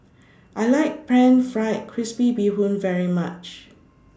I like Pan Fried Crispy Bee Hoon very much